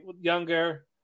younger